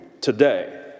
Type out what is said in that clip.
today